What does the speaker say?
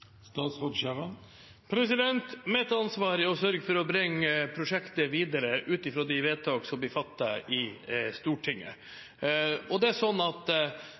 Mitt ansvar er å sørge for å bringe prosjektet videre ut fra de vedtak som blir fattet i Stortinget. Det er en stor og viktig jobb. Det første vi sørget for etter regjeringsskiftet, var å unngå at